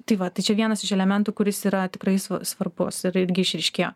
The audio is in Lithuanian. tai va tai čia vienas iš elementų kuris yra tikrai svarbus ir netgi išryškėjo